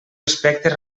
aspectes